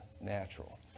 natural